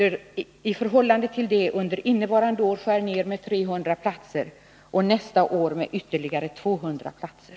I förhållande till nivån innevarande år skär man nu ner med 300 platser och nästa år med ytterligare 200 platser.